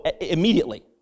immediately